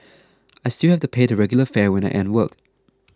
I still have to pay the regular fare when I end work